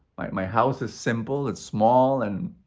my house is simple. it's small and,